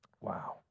Wow